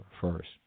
first